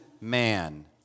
man